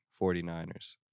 49ers